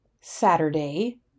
Saturday